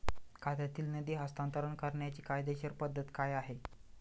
खात्यातील निधी हस्तांतर करण्याची कायदेशीर पद्धत काय आहे?